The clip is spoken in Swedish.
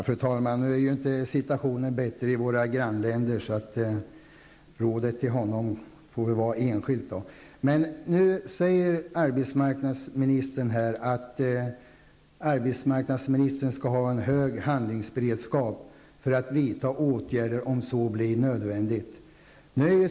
Fru talman! Situationen är ju inte bättre i våra grannländer, så rådet får väl då gälla det enskilda fallet. Nu säger arbetsmarknadsministern här att han skall ha hög handlingsberedskap ''för att vidta åtgärder om så blir nödvändigt''.